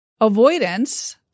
Avoidance